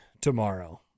tomorrow